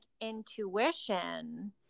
intuition